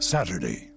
Saturday